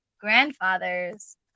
grandfather's